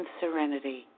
serenity